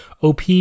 OP